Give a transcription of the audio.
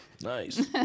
Nice